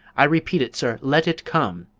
i repeat it, sir, let it come!